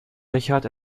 richard